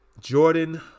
Jordan